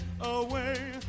away